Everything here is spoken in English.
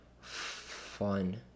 fun